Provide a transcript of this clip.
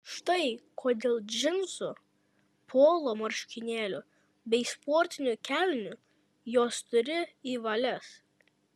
štai kodėl džinsų polo marškinėlių bei sportinių kelnių jos turi į valias